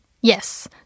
Yes